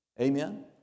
Amen